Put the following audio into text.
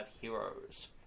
Heroes